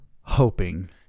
hoping